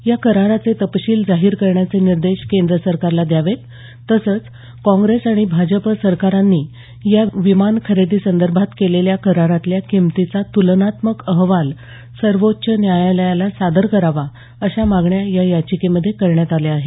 या कराराचे तपशील जाहीर करण्याचे निर्देश केंद्र सरकारला द्यावेत तसंच काँग्रेस आणि भाजप सरकारांनी या विमान खरेदी संदर्भात केलेल्या करारांतल्या किमतीचा तुलनात्मक अहवाल सर्वोच्च न्यायालयाला सादर करावा अशा मागण्या या याचिकेमध्ये करण्यात आल्या आहेत